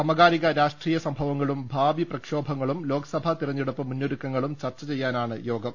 സമാകാലിക രാഷ്ട്രീയ സംഭവങ്ങളും ഭാവി പ്രക്ഷോഭങ്ങളും ലോക്സഭാ തെരഞ്ഞെടുപ്പ് മുന്നൊരുക്കങ്ങളും ചർച്ച ചെയ്യാനാണ് യോഗം